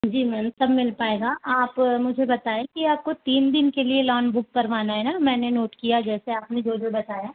जी ma'am सब मिल पाएगा आप मुझे बताएं कि आपको तीन दिन के लिए लॉन बुक करना है न मैंने नोट किया जैसे आपने जो जो बताया